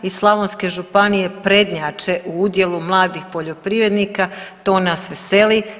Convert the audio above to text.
Iz slavonske županije prednjače u udjelu mladih poljoprivrednika, to nas veseli.